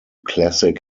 classic